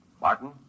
Martin